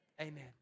Amen